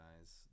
guys